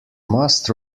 must